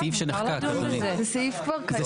זה סעיף שנחקק אדוני.